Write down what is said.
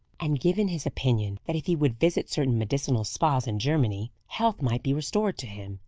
and given his opinion that if he would visit certain medicinal spas in germany, health might be restored to him.